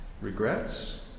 Regrets